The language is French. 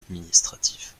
administratifs